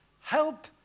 Help